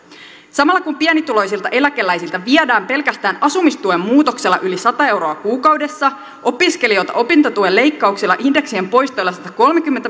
samalla kun pienituloisilta eläkeläisiltä viedään pelkästään asumistuen muutoksella yli sata euroa kuukaudessa opiskelijoilta opintotuen leikkauksella ja indeksien poistolla satakolmekymmentä